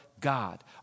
God